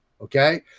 okay